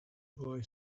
boy